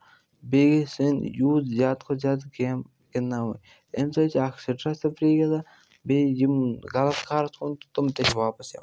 بیٚیہِ گٔے سٲنۍ یوٗتھ زیادٕ کھۄتہٕ زیادٕ گیمہٕ گِنٛدناوٕنۍ اَمہِ سۭتۍ چھِ اکھ سٕٹرٛٮ۪س تہِ فرٛی گژھان بیٚیہِ یِم غلط کارَس کُن چھِ تِم تہِ چھِ واپَس یِوان